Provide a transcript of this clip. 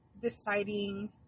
deciding